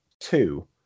two